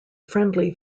friendly